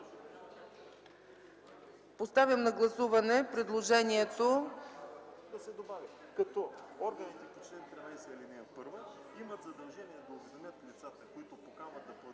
Поставям на гласуване предложението,